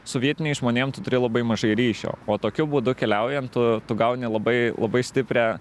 su vietiniais žmonėm tu turi labai mažai ryšio o tokiu būdu keliaujant tu tu gauni labai labai stiprią